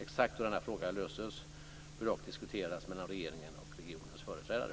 Exakt hur denna fråga löses bör dock diskuteras mellan regeringen och regionens företrädare.